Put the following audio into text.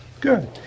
Good